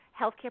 healthcare